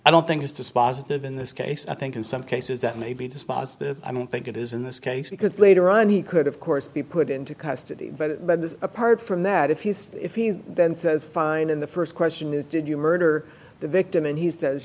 i don't think is dispositive in this case i think in some cases that may be dispositive i don't think it is in this case because later on he could of course be put into custody but apart from that if he's if he's then says fine in the first question is did you murder the victim and he says